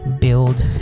build